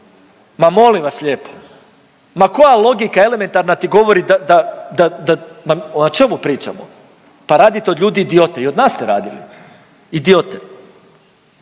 Ma molim vas lijepo, ma koja logika elementarna ti govori da da da da, ma o čemu pričamo. Pa radite od ljudi idiote, i od nas ste radili, idiote.